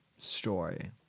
story